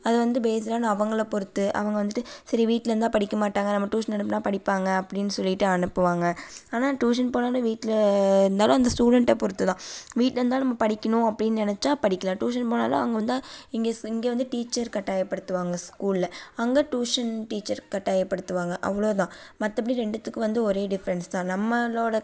அது வந்து based on அவங்கள பொறுத்து அவங்க வந்துட்டு சரி வீட்டில் இருந்தால் படிக்க மாட்டாங்க நம்ம டியூஷன் அனுப்புனா படிப்பாங்க அப்டின்னு சொல்லிட்டு அனுப்புவாங்க ஆனால் டியூஷன் போனாலும் வீட்டில் இருந்தாலும் அந்த ஸ்டூடண்கிட்ட பொறுத்துதான் வீட்டில் இருந்தால் நம்ம படிக்கனும் அப்படின்னு நெனச்சா படிக்கலாம் டியூஷன் போனாலும் அங்கே வந்தால் இங்கே இங்கே வந்து டீச்சர் கட்டாயப்படுத்துவாங்க ஸ்கூலில் அங்கே டியூஷன் டீச்சர் கட்டாயப்படுத்துவாங்க அவ்வளோதான் மற்றபடி ரெண்டுத்துக்கும் வந்து ஒரே டிஃப்ரெண்ட்ஸ் தான் நம்மளோட